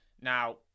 Now